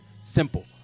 simple